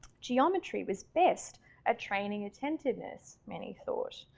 geometry was best a training attentiveness, many thought,